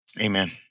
Amen